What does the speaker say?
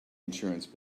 insurance